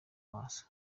maso